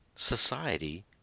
Society